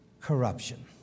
corruption